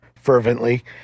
fervently